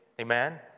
Amen